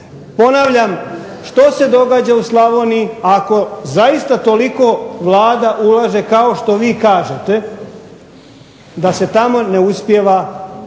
Ponavljam, što se događa u Slavoniji ako zaista Vlada toliko ulaže kao što vi kažete, da se ne uspijeva život